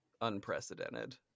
unprecedented